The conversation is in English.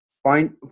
Find